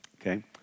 okay